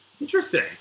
Interesting